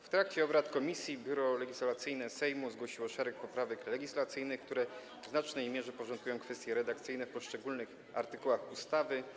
W trakcie obrad komisji Biuro Legislacyjne Sejmu zgłosiło szereg poprawek legislacyjnych, które w znacznej mierze porządkują kwestie redakcyjne w poszczególnych artykułach ustawy.